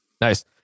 Nice